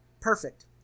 perfect